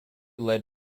led